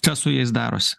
kas su jais darosi